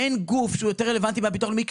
אין גוף שהוא יותר רלוונטי מהביטוח הלאומי,